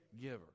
giver